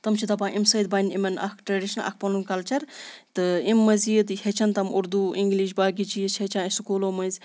تٕم چھِ دَپان اَمہِ سۭتۍ بَنہِ أمَن اَکھ ٹریٚڈِشَن اَکھ پَنُن کَلچَر تہٕ امہِ مٔزیٖد ہیٚچھان تِم اُردو اِنگلِش باقے چیٖز چھِ ہیٚچھان أسۍ سکوٗلو مٔنٛزۍ